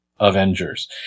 Avengers